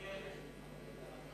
נתקבלה.